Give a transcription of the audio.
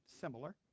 similar